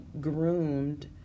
groomed